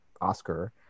Oscar